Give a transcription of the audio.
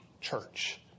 church